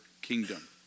kingdom